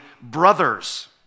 brothers